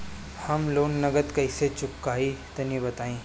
हम लोन नगद कइसे चूकाई तनि बताईं?